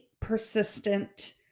persistent